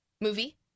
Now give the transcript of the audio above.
movie